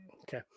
Okay